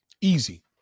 Easy